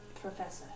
Professor